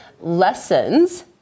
lessons